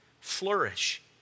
flourish